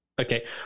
Okay